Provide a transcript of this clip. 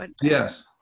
Yes